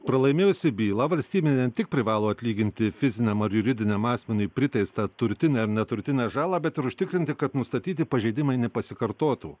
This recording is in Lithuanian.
pralaimėjusi bylą valstybė ne tik privalo atlyginti fiziniam ar juridiniam asmeniui priteistą turtinę ar neturtinę žalą bet ir užtikrinti kad nustatyti pažeidimai nepasikartotų